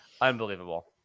unbelievable